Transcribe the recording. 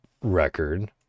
record